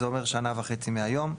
זה אומר שנה וחצי מהיום.